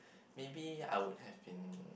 maybe I would have been